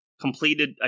Completed